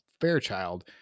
Fairchild